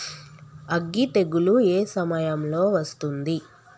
అగ్గి తెగులు ఏ సమయం లో వస్తుంది?